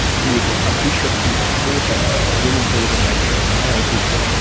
would a bishop who supported women's ordination, a male bishop,